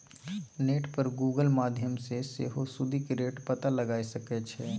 net पर Google माध्यमसँ सेहो सुदिक रेट पता लगाए सकै छी